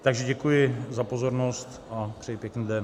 Takže děkuji za pozornost a přeji pěkný den.